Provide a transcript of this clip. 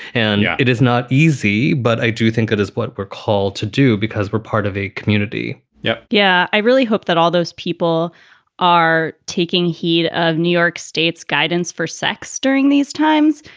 and yeah it is not easy, but i do think it is what we're called to do because we're part of a community yeah, yeah i really hope that all those people are taking heed of new york state's guidance for sex during these times.